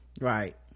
Right